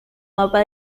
mapa